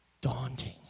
daunting